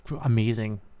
amazing